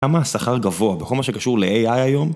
למה השכר גבוה בכל מה שקשור לAI היום?